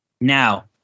Now